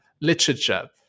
literature